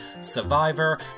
Survivor